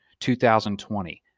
2020